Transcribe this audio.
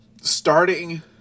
starting